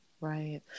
Right